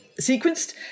sequenced